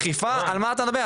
אכיפה, על מה אתה מדבר?